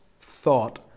thought